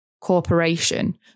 corporation